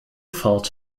fahrt